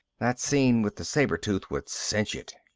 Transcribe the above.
that scene with the saber-tooth would cinch it.